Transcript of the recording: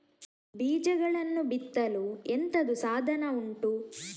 ಬೀಜಗಳನ್ನು ಬಿತ್ತಲು ಎಂತದು ಸಾಧನ ಉಂಟು?